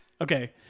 Okay